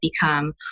become